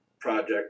project